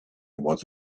was